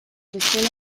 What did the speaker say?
bestela